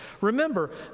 Remember